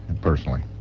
personally